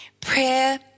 Prayer